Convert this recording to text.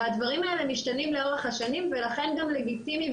והדברים האלה משתנים לאורך השנים ולכן גם לגיטימי,